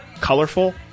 colorful